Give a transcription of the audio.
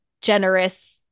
generous